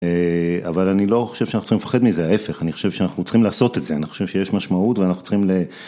אבל אני לא חושב שאנחנו צריכים לפחד מזה, ההפך, אני חושב שאנחנו צריכים לעשות את זה, אני חושב שיש משמעות ואנחנו צריכים ל...